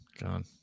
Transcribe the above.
Gone